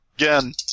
again